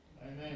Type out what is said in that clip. Amen